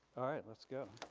alright let's go.